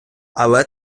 але